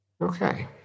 Okay